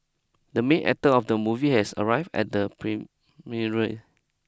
the main actor of the movie has arrived at the premiere